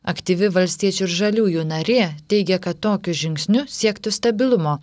aktyvi valstiečių ir žaliųjų narė teigia kad tokiu žingsniu siektų stabilumo